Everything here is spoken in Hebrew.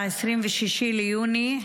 26 ביוני,